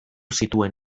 zituen